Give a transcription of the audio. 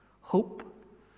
hope